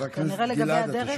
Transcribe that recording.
כנראה לגבי הדרך,